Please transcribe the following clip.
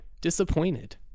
disappointed